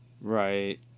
Right